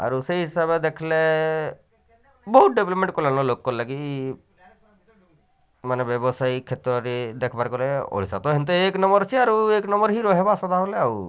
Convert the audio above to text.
ଆରୁ ରୋଷେଇ ହିସାବରେ ଦେଖିଲେ ବହୁତ ଡେଭଲପମେଣ୍ଟ୍ କଲାଣ ଲୋକ ଲାଗି ମାନେ ବ୍ୟବସାୟୀ କ୍ଷେତ୍ରରେ ଦେଖିବାରେ ଗଲେ ଓଡ଼ିଶା ତ ହେନ୍ତି ଏକ ନମ୍ୱର୍ ଅଛି ଆରୁ ଏକ ନମ୍ୱର୍ ହିଁ ରହିବ ସଦାବେଲେ ଆଉ